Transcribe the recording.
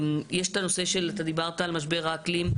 דיברת על משבר האקלים,